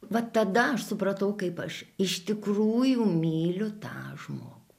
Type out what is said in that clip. va tada aš supratau kaip aš iš tikrųjų myliu tą žmogų